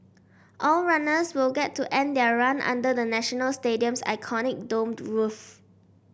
all runners will get to end their run under the National Stadium's iconic domed roof